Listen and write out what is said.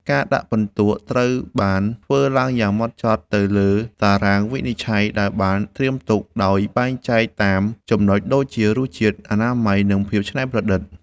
ការដាក់ពិន្ទុត្រូវបានធ្វើឡើងយ៉ាងហ្មត់ចត់ទៅលើតារាងវិនិច្ឆ័យដែលបានត្រៀមទុក ដោយបែងចែកតាមចំណុចដូចជា រសជាតិ អនាម័យ និងភាពច្នៃប្រឌិត។